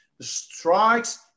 strikes